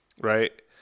right